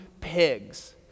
pigs